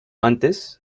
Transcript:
antes